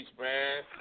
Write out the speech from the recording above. man